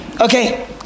Okay